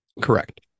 Correct